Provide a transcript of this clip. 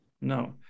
no